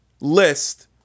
list